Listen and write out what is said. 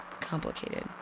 complicated